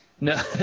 No